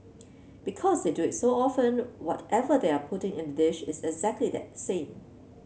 because they do it so often whatever they are putting in the dish is actually exact that same